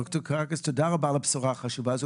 דוקטור קרקיס, תודה רבה על הבשורה החשובה הזאת.